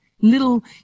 Little